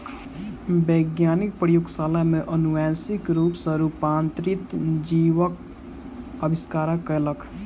वैज्ञानिक प्रयोगशाला में अनुवांशिक रूप सॅ रूपांतरित जीवक आविष्कार कयलक